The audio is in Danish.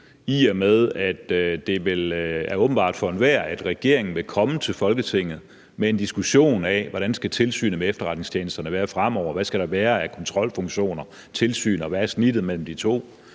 i og med at det vel er åbenbart for enhver, at regeringen vil komme til Folketinget med en diskussion af, hvordan tilsynet med efterretningstjenesterne skal være fremover, hvad der skal være af kontrolfunktioner, tilsyn, og hvad snittet mellem de to